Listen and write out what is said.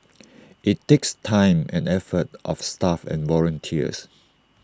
IT takes time and effort of staff and volunteers